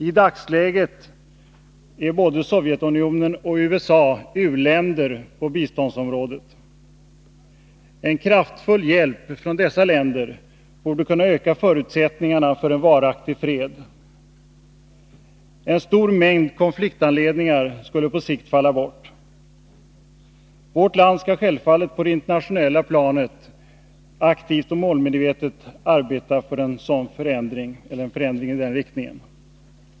I dagsläget är både Sovjetunionen och USA u-länder på biståndsområdet. En kraftfull hjälp från dessa länder borde kunna öka förutsättningarna för en varaktig fred. En stor mängd konfliktanledningar skulle på sikt falla bort. Vårt land skall självfallet på det internationella planet aktivt och målmedvetet arbeta för en förändring i denna riktning.